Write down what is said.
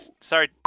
Sorry